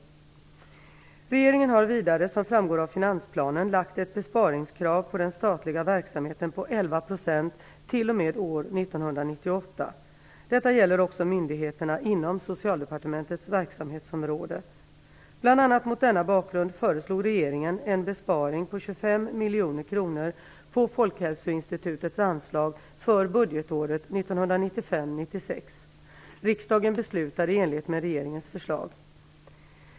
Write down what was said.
Regeringen har vidare, som framgår av finansplanen, lagt ett besparingskrav på den statliga verksamheten på 11 % t.o.m. år 1998. Detta gäller också myndigheterna inom Socialdepartementets verksamhetsområde. Bl.a. mot denna bakgrund föreslog regeringen en besparing på 25 miljoner kronor på Folkhälsoinstitutets anslag för budgetåret 1995/96. Riksdagen beslutade i enlighet med regeringens förslag.